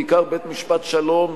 בעיקר בבית-משפט שלום,